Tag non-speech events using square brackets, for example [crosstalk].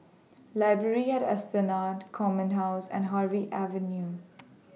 [noise] Library At Esplanade Command House and Harvey Avenue